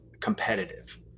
competitive